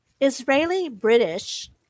Israeli-British